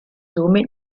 somit